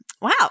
wow